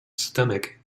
stomach